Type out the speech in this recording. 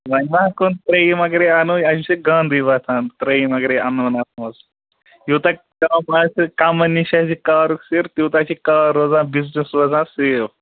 وۅنۍ ما ہٮ۪کہون ترٛیٚیِم اَگرے اَنَو اَمہِ سۭتۍ گانٛدٕے وۄتھان ترٛیٚیِم اَگرے اَنہوَن اَتھ منٛز یوٗتاہ کَم آسہِ کَمَن نِش اَسہِ یہِ کارُک سِر تیٛوٗتاہ چھِ کار روزان بِزنِس روزان سیٚف